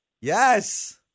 Yes